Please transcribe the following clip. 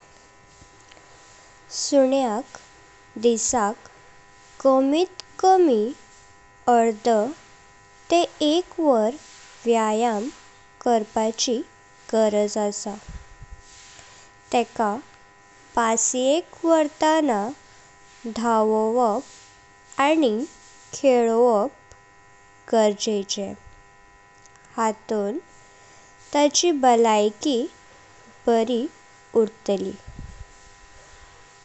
सुन्यांक दिसाक कमीत कमी अर्ध तें एक वर व्यायाम करपाची गरज आसा। तेका पासेयाक ङ्हर्ताणा, धावोवप आनी खेलोवप गरजेचे। हाातं तेन्ची बलयाकी बरी उर्ताली।